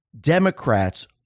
Democrats